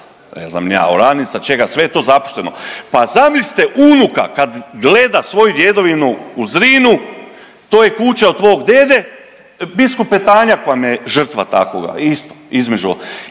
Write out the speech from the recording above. ne znam ni ja oranica čega, sve je to zapušteno. Pa zamislite unuka kad gleda svoju djedovinu u Zrinu to je kuća od tvog dede, biskup Petanjak vam je žrtva takova istoga između